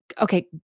okay